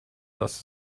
dass